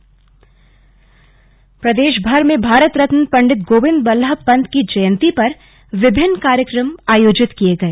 slug Pant जयंती प्रदेशभर में भारत रत्न पंडित गोविन्द बल्लभ पंत की जयंती पर विभिन्न कार्यक्रम आयोजित किये गए